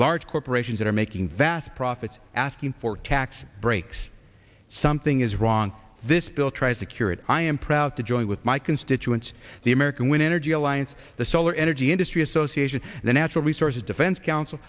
large corporations that are making vast profits asking for tax breaks something is wrong this bill tries to cure it i am proud to join with my constituents the american wind energy alliance the solar energy industry association the natural resources defense coun